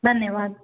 धन्यवाद